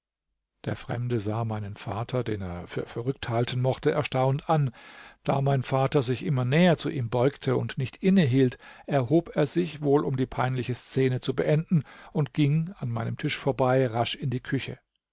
der fremde sah meinen vater den er für verrückt halten mochte erstaunt an da mein vater sich immer näher zu ihm beugte und nicht innehielt erhob er sich wohl um die peinliche szene zu beenden und ging an meinem tisch vorbei rasch in die küche